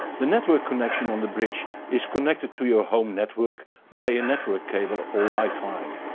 the network connection on the bridge is connected to your home network by a network cable or wifi.